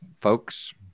folks